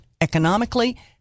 economically